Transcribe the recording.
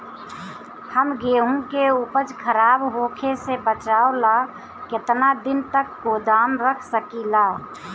हम गेहूं के उपज खराब होखे से बचाव ला केतना दिन तक गोदाम रख सकी ला?